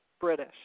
British